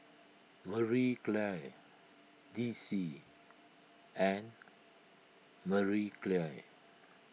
Marie Claire D C and Marie Claire